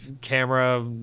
camera